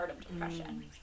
depression